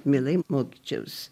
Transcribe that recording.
mielai mokyčiaus